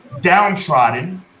downtrodden